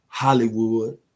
Hollywood